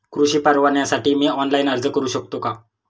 कृषी परवान्यासाठी मी ऑनलाइन अर्ज करू शकतो का?